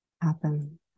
happen